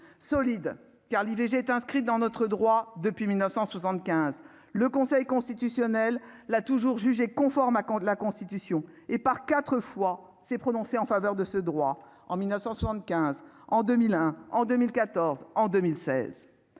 solide, car l'IVG est inscrite dans notre droit, depuis 1975 le Conseil constitutionnel, la toujours jugées conformes à Caen de la Constitution et par 4 fois, s'est prononcé en faveur de ce droit en 1975 en 2001 en 2014 en 2016,